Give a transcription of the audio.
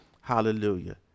Hallelujah